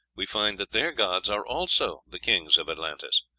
we find that their gods are also the kings of atlantis.